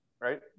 right